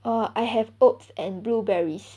orh I have oats and blueberries